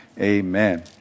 Amen